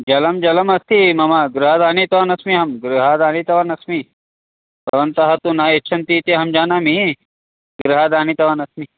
जलं जलमस्ति मम गृहादानीतवानस्मि अहं गृहादानीतवानस्मि भवन्तः तु न यच्छन्तीति अहं जानामि गृहादानीतवानस्मि